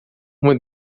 uma